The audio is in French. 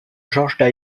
george